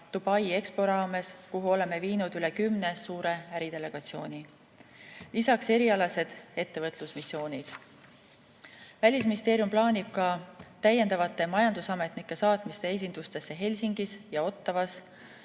Dubai Expo raames, kuhu oleme viinud üle kümne suure äridelegatsiooni, lisaks erialased ettevõtlusmissioonid. Välisministeerium plaanib ka täiendavate majandusametnike saatmist esindustesse Helsingis ja Ottawas.